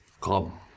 Come